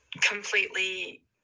completely